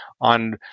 on